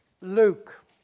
Luke